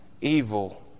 evil